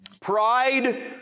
Pride